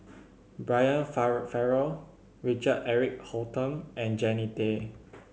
Brian Farrell Richard Eric Holttum and Jannie Tay